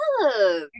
love